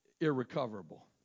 irrecoverable